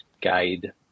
guide